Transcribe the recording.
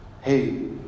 Hey